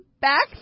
back